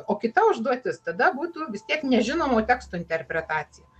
o kita užduotis tada būtų vis tiek nežinomo teksto interpretacija